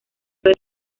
cruel